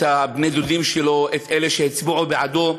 את בני הדודים שלו, את אלה שהצביעו בעדו,